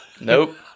nope